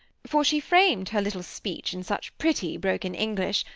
for she framed her little speech in such pretty, broken english,